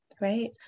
right